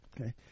Okay